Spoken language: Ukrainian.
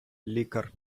лікар